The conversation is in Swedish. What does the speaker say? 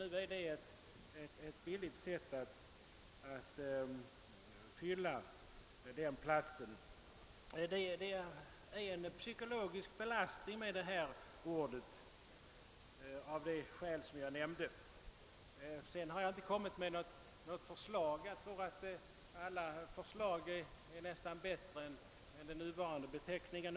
Nu är detta ett billigt sätt att få den uppgiften utförd. Av de skäl jag nämnt är beteckningen arkivarbetare psykologiskt olämplig. Jag har inte själv kommit med något förslag på annan benämning, men jag tror att nästan varje annan beteckning skulle vara bättre än den nuvarande.